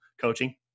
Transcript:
coaching